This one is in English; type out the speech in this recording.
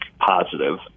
positive